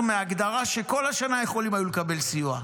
מההגדרה שלפיה כל השנה היו יכולים לקבל סיוע,